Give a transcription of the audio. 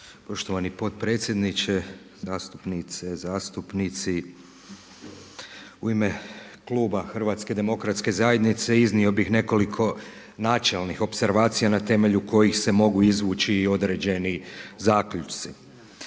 Poštovani potpredsjedniče, zastupnice, zastupnici. U ime kluba Hrvatske demokratske zajednice iznio bih nekoliko načelnih opservacija na temelju kojih se mogu izvući i određeni zaključci.